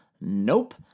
Nope